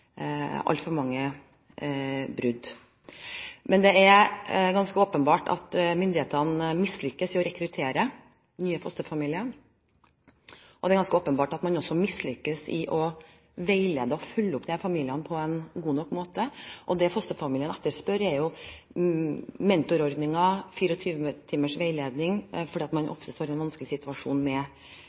altfor mange brudd. Men det er ganske åpenbart at myndighetene mislykkes i å rekruttere nye fosterfamilier, og det er ganske åpenbart at man også mislykkes i å veilede og følge opp disse familiene på en god nok måte. Det fosterfamiliene etterspør, er jo mentorordninger og 24-timers veiledning fordi man ofte får en vanskelig situasjon med